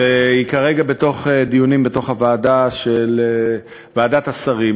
והיא כרגע בדיונים בוועדת השרים,